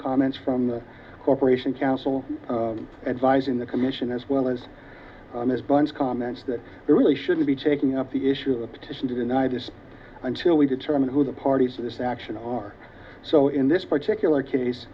comments from the corporation counsel advising the commission as well as this bunch comments that there really shouldn't be taking up the issue of the petition to deny this until we determine who the parties to this action are so in this particular case